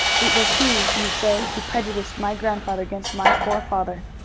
it was he, you say, who prejudiced my grandfather against my poor father.